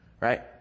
right